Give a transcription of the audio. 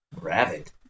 rabbit